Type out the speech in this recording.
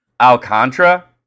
Alcantara